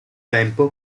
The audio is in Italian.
tempo